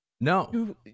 No